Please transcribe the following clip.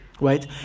right